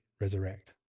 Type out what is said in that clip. resurrect